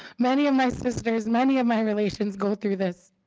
many of my sisters many of my relations go through this.